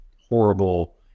horrible